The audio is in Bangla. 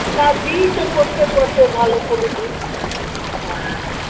না দিই তো প্রত্যেক বছর ভালো ফুলই দিই হ্যাঁ হ্যাঁ